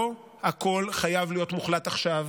לא הכול חייב להיות מוחלט עכשיו.